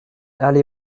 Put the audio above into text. allée